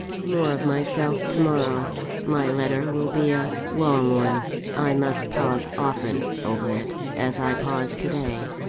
more of myself to-morrow my letter will be a long one i must pause often over it, as i pause to-day.